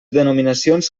denominacions